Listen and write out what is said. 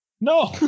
No